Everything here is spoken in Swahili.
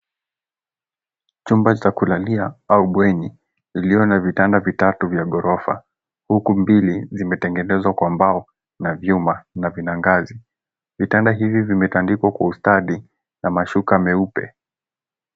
Chumba cha kulalia au bweni iliyo na vitanda vitatu vya ghorofa, huku mbili zimetengenezwa kwa mbao na vyuma, na vina ngazi. Vitanda hivi vimetandikwa kwa ustadi na mashuka meupe.